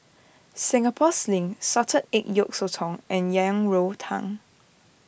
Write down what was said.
Singapore Sling Salted Egg Yolk Sotong and Yang Rou Tang